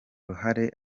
ruhare